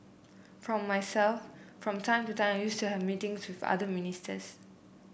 for myself from time to time I used to have meetings with other ministers